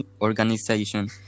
Organization